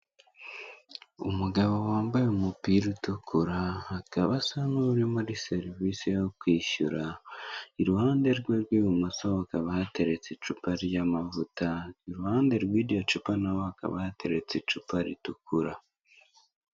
Umugabo wambaye umupira utukura akaba asa n'uri muri serivise yo kwishyura iruhande rwe rw'ibumoso hakaba hateretse icupa ry'amavuta, iruhande rwi'iryo cupa nahao hakaba hateretse icupa ritukura.